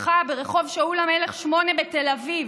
משרדך ברחוב שאול המלך 8 בתל אביב?